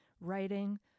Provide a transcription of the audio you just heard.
writing